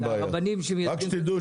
זה הרבנים שמייצגים.